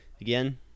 Again